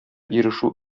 ирешү